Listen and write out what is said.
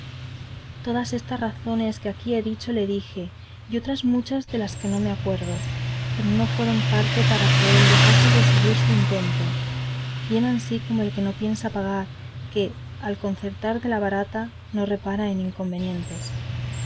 todas estas razones que aquí he dicho le dije y otras muchas de que no me acuerdo pero no fueron parte para que él dejase de seguir su intento bien ansí como el que no piensa pagar que al concertar de la barata no repara en inconvenientes